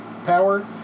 power